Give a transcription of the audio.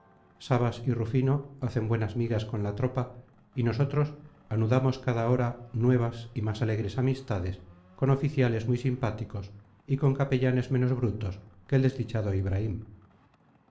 sabas y rufino hacen buenas migas con la tropa y nosotros anudamos cada hora nuevas y más alegres amistades con oficiales muy simpáticos y con capellanes menos brutos que el desdichado ibraim